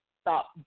stop